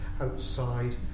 outside